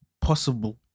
possible